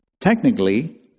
Technically